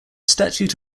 statute